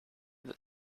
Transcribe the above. that